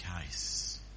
case